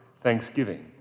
thanksgiving